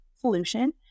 solution